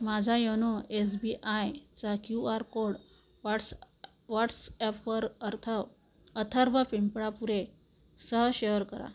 माझा YONO S B आयचा Q R code व्हॉटस व्हॉट्सॲपवर अर्थव अथर्व पिंपळापुरेसह शेअर करा